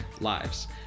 lives